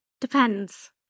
depends